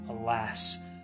Alas